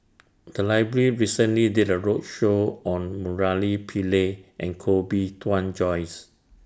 The Library recently did A roadshow on Murali Pillai and Koh Bee Tuan Joyce